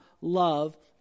love